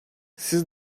siz